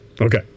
Okay